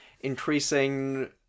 increasing